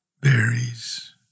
berries